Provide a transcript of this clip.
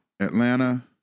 Atlanta